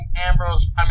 Ambrose